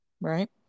Right